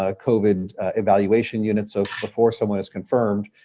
ah covid evaluation units. so before someone is confirmed,